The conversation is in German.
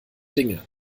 dinge